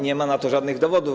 Nie ma na to żadnych dowodów.